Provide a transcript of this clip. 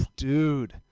Dude